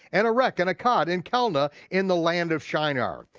and errech and accad and calneh in the land of shinar.